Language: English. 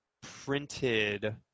printed